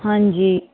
ਹਾਂਜੀ